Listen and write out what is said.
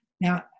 Now